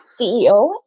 CEO